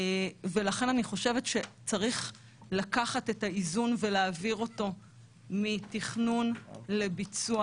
לכן אני חושבת שצריך להעביר את האיזון מתכנון לביצוע.